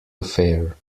affair